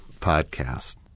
podcast